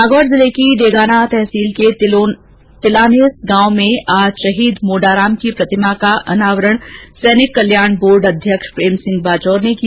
नागौर जिले की डेगाना तहसील के तिलानेस गांव में आज शहीद मोडाराम की प्रतिमा का अनावरण सैनिक कल्याण बोर्ड अध्यक्ष प्रेम सिंह बाजौर ने किया